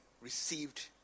received